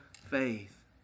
faith